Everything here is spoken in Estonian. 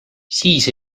siis